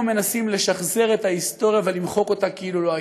מנסים לשחזר את ההיסטוריה ולמחוק אותה כאילו לא הייתה.